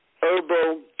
herbal